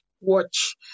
watch